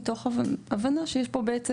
מתוך הבנה שיש פה בעצם